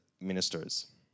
ministers